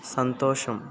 సంతోషం